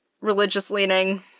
religious-leaning